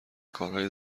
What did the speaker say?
کارهای